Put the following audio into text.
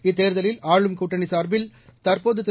இத்தேர்தலில் ஆளும் கூட்டணி சார்பில் தற்போது திரு